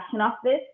office